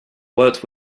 worked